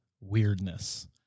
weirdness